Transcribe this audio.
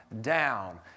down